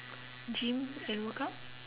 gym and workout